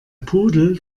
pudel